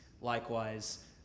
likewise